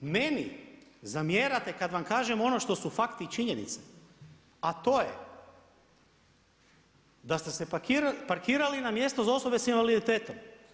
Meni zamjerate kad vam kažem ono što su fakti i činjenice, a to je da ste parkirali na mjesto za osobe sa invaliditetom.